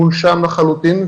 מונשם לחלוטין,